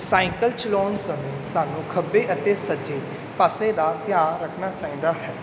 cycle ਚਲਾਉਣ ਸਮੇਂ ਸਾਨੂੰ ਖੱਬੇ ਅਤੇ ਸੱਜੇ ਪਾਸੇ ਦਾ ਧਿਆਨ ਰੱਖਣਾ ਚਾਹੀਦਾ ਹੈ